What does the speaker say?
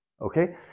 Okay